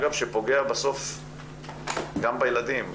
אגב שפוגע בסוף גם בילדים.